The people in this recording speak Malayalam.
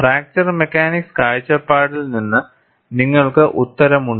ഫ്രാക്ചർ മെക്കാനിക്സ് കാഴ്ചപ്പാടിൽ നിന്ന് നിങ്ങൾക്ക് ഉത്തരം ഉണ്ട്